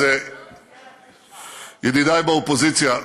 ידידיי באופוזיציה,